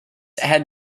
had